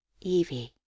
Evie